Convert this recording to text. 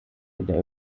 der